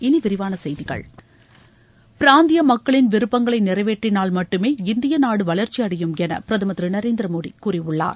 இனி விரிவான செய்திகள் பிராந்திய மக்களின் விருப்பங்களை நிறைவேற்றினால் மட்டுமே இந்திய நாடு வளர்ச்சியடையும் என பிரதமர் திரு நரேந்திர மோடி கூறியுள்ளார்